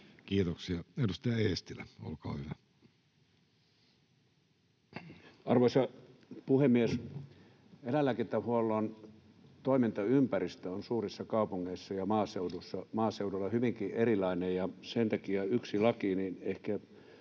muuttamisesta Time: 15:35 Content: Arvoisa puhemies! Eläinlääkintähuollon toimintaympäristö on suurissa kaupungeissa ja maaseudulla hyvinkin erilainen. Sen takia yksi laki ehkä